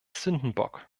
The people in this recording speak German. sündenbock